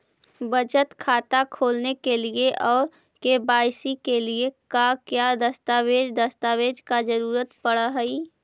बचत खाता खोलने के लिए और के.वाई.सी के लिए का क्या दस्तावेज़ दस्तावेज़ का जरूरत पड़ हैं?